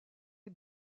des